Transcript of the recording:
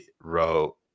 wrote